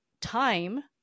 time